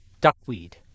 duckweed